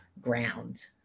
ground